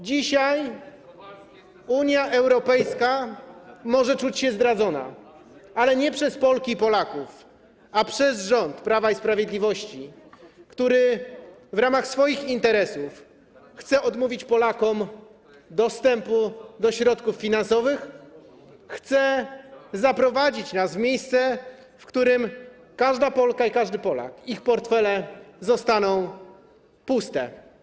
Dzisiaj Unia Europejska może czuć się zdradzona, ale nie przez Polki i Polaków, a przez rząd Prawa i Sprawiedliwości, który w ramach swoich interesów chce odmówić Polakom dostępu do środków finansowych, chce zaprowadzić nas w miejsce, w którym każda Polka i każdy Polak... ich portfele zostaną puste.